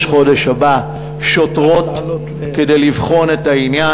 חודש הבא שוטרות כדי לבחון את העניין,